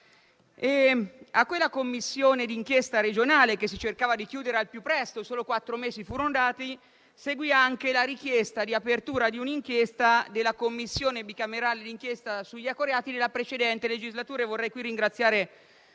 A quella commissione d'inchiesta regionale che si cercava di chiudere al più presto, e alla quale furono dati solo quattro mesi, seguì anche la richiesta di apertura di un'inchiesta della Commissione bicamerale d'inchiesta sugli ecoreati della precedente legislatura. Vorrei ringraziare